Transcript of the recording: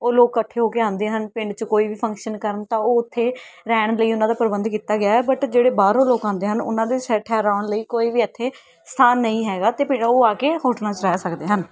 ਉਹ ਲੋਕ ਇਕੱਠੇ ਹੋ ਕੇ ਆਉਂਦੇ ਹਨ ਪਿੰਡ 'ਚ ਕੋਈ ਵੀ ਫੰਕਸ਼ਨ ਕਰਨ ਤਾਂ ਉਹ ਉੱਥੇ ਰਹਿਣ ਲਈ ਉਹਨਾਂ ਦਾ ਪ੍ਰਬੰਧ ਕੀਤਾ ਗਿਆ ਹੈ ਬਟ ਜਿਹੜੇ ਬਾਹਰੋਂ ਲੋਕ ਆਉਂਦੇ ਹਨ ਉਹਨਾਂ ਦੇ ਸੈ ਠਹਿਰਾਉਣ ਲਈ ਕੋਈ ਵੀ ਇੱਥੇ ਸਥਾਨ ਨਹੀਂ ਹੈਗਾ ਅਤੇ ਪਿ ਉਹ ਆ ਕੇ ਹੋਟਲਾਂ 'ਚ ਰਹਿ ਸਕਦੇ ਹਨ